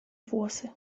włosy